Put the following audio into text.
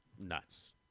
nuts